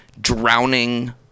drowning